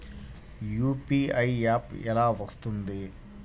UPI app ఎలా వస్తుంది?